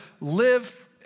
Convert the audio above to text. live